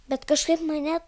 bet kažkaip mane